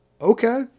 okay